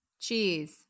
Cheese